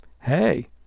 Hey